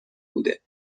بوده